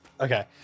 Okay